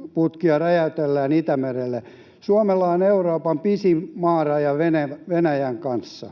kaasuputkia räjäytellään Itämerellä. Suomella on Euroopan pisin maaraja Venäjän kanssa.